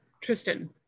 tristan